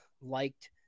liked